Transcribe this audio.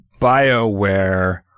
Bioware